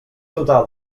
total